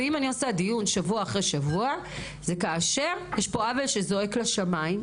ואם אני עושה דיון שבוע אחרי שבוע - יש פה עוול שזועק לשמיים.